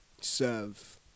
serve